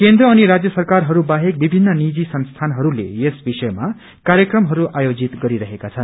केन्द्र अनि राज्य सरकारहरू बाहेक विभिन्न निजी संस्थानहरूले यस विषयमा कार्यक्रमहरू आयोजित गरिरहेका छन्